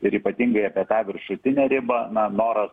ir ypatingai apie tą viršutinę ribą na noras